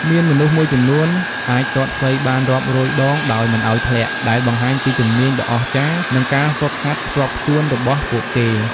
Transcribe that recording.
មានមនុស្សមួយចំនួនអាចទាត់សីបានរាប់រយដងដោយមិនឱ្យធ្លាក់ ដែលបង្ហាញពី ជំនាញដ៏អស្ចារ្យ និងការហ្វឹកហាត់ខ្ជាប់ខ្ជួនរបស់ពួកគេ។